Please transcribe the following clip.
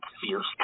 fierce